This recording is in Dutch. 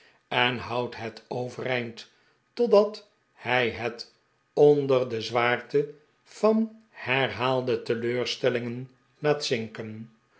en houdt het overeind totdat hij het onder de zwaarte van herhaalde teleurstellingen laa't zinken